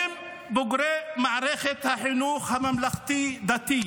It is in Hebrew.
הם בוגרי מערכת החינוך הממלכתי-דתי.